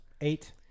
Eight